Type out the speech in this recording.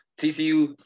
TCU